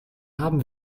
haben